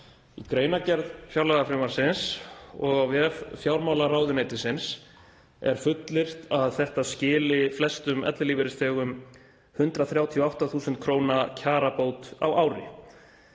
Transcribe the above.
Í greinargerð fjárlagafrumvarpsins og á vef fjármálaráðuneytisins er fullyrt að þetta skili flestum ellilífeyrisþegum 138.000 kr. kjarabót á ári.